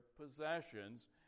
possessions